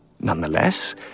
Nonetheless